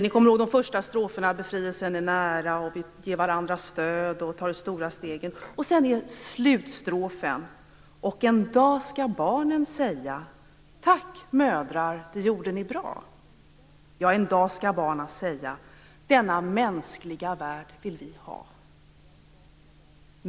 De första stroferna lyder bl.a.: befrielsen är nära, vi ger varandra stöd att ta det första steget. Slutstroferna lyder: Och en dag skall barnen säga tack mödrar det gjorde ni bra. Ja en dag skall barnen säga denna mänskliga värld vill vi ha.